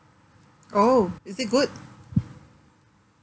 oh is it good